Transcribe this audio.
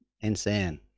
insane